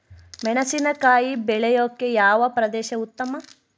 ಮೆಣಸಿನಕಾಯಿ ಬೆಳೆಯೊಕೆ ಯಾವ ಪ್ರದೇಶ ಉತ್ತಮ?